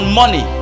money